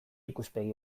ikuspegi